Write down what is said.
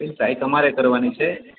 એ try તમારે કરવાની છે